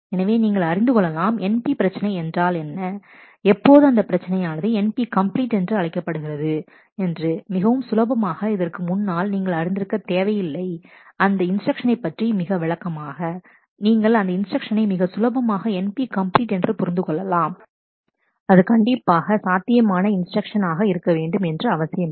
எனவே நீங்கள் அறிந்து கொள்ளலாம் NP பிரச்சனை என்றால் என்ன எப்போது அந்த பிரச்சனையானது NP கம்ப்ளீட் என்று அழைக்கப்படுகிறது என்று மிகவும் சுலபமாக இதற்கு முன்னால் நீங்கள் அறிந்திருக்க தேவையில்லை அந்த இன்ஸ்டிரக்ஷனை பற்றி மிக விளக்கமாக நீங்கள் அந்த இன்ஸ்டிரக்ஷனை மிக சுலபமாக NP கம்ப்ளீட் என்று புரிந்து கொள்ளலாம் அது கண்டிப்பாக சாத்தியமான இன்ஸ்டிரக்ஷன் ஆக இருக்க வேண்டும் என்று அவசியமில்லை